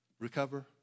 recover